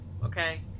Okay